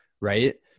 right